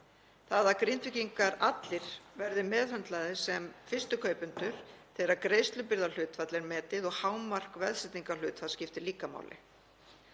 Það að Grindvíkingar allir verði meðhöndlaðir sem fyrstu kaupendur þegar greiðslubyrðarhlutfall er metið og hámark veðsetningarhlutfalls skiptir líka máli